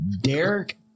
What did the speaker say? Derek